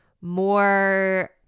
more